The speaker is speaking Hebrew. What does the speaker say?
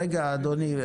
רגע, אדוני.